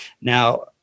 Now